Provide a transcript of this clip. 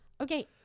Okay